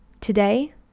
Today